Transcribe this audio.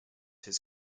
his